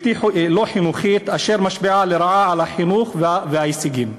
חינוכית אשר משפיעה לרעה על החינוך וההישגים.